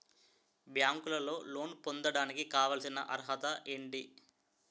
బ్యాంకులో లోన్ పొందడానికి కావాల్సిన అర్హత ఏంటి?